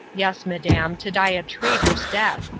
yes, madam, to die a traitor's death.